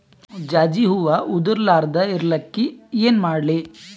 ಜಾಜಿ ಹೂವ ಉದರ್ ಲಾರದ ಇರಲಿಕ್ಕಿ ಏನ ಮಾಡ್ಲಿ?